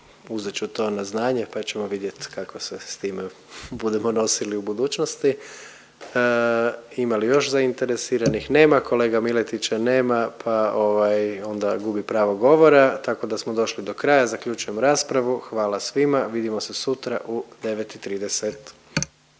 Uzet ću to na znanje pa ćemo vidjeti kako se s time budemo nosili u budućnosti. Ima li još zainteresiranih? Nema. Kolege Miletića nema pa ovaj, onda gubi pravo govora, tako da smo došli do kraja. Zaključujem raspravu. Hvala svima. Vidimo se sutra u 9 i 30.